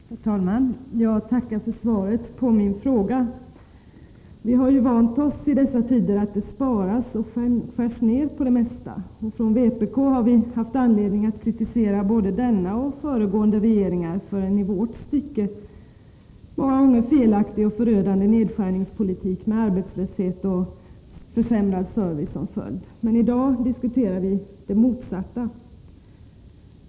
Herr talman! Jag tackar för svaret på min fråga. Vi har vant oss vid att det i dessa tider sparas och skärs ned på det mesta. Från vpk har vi haft anledning att kritisera både denna regering och föregående regeringar för en i vårt tycke felaktig och förödande nedskärningspolitik som lett till arbetslöshet och försämrad service. Men i dag diskuterar vi det motsatta.